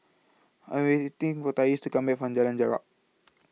I Am waiting For Tyrese to Come Back from Jalan Jarak